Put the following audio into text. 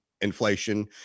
inflation